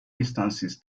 distances